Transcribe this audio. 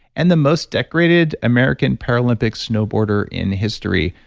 and the most decorated american paralympic snowboarder in history.